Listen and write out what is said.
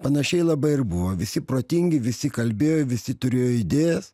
panašiai labai ir buvo visi protingi visi kalbėjo visi turėjo idėjas